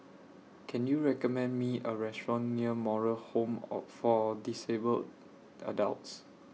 Can YOU recommend Me A Restaurant near Moral Home Or For Disabled Adults